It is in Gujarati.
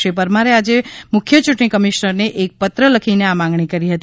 શ્રી પરમારે આજે મુખ્ય ચૂંટણી કમિશનરને એક પત્ર લખીને આ માંગણી કરી હતી